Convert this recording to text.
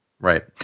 Right